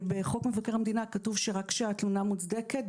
בחוק מבקר המדינה כתוב שרק כשהתלונה מוצדקת,